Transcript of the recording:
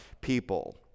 people